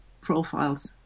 profiles